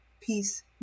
peace